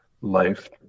life